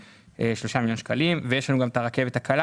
מיליון שקלים ואת הרכבת הקלה